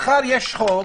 מחר יש חוק.